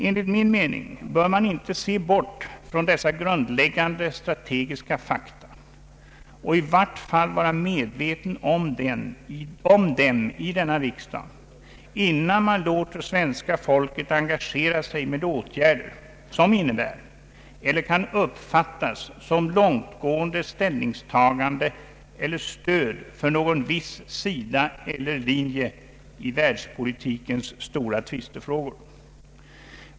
Enligt min mening bör man inte se bort från dessa grundläggande strategiska fakta och i vart fall vara medveten om dem i denna riksdag, innan man låter svenska folket engagera sig med åtgärder som innebär eller kan uppfattas som långtgående ställningstagande eiler stöd för någon viss sida eller linje i världspolitikens stora tvistefrågor.